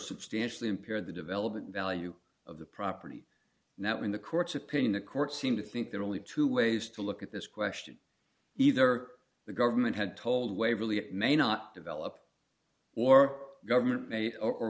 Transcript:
substantially impair the development value of the property and that when the court's opinion the courts seem to think there are only two ways to look at this question either the government had told waverley it may not develop or government made or